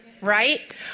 right